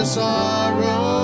sorrow